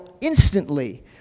instantly